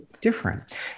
different